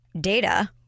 data